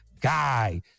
Guy